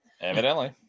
Evidently